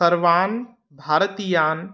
सर्वान् भारतीयान्